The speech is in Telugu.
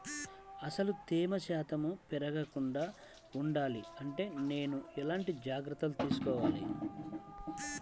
అసలు తేమ శాతం పెరగకుండా వుండాలి అంటే నేను ఎలాంటి జాగ్రత్తలు తీసుకోవాలి?